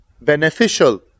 beneficial